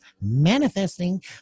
manifesting